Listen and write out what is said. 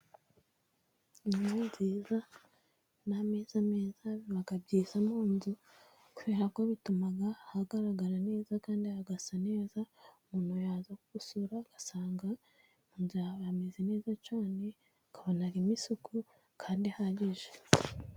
Intebe nziza n'ameza meza biba byiza mu nzu, kubera ko bituma hagaragara neza, kandi hagasa neza. Umuntu yaza kugusura agasanga mu nzu hameze neza cyane akabona harimo isuku kandi ihagije.